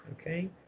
okay